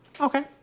Okay